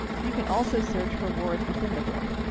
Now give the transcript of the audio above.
you can also search for words within the book.